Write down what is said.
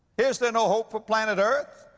is there no hope for planet earth?